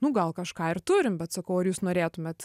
nu gal kažką ir turim bet sakau ar jūs norėtumėt